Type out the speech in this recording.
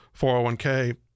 401K